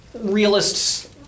realists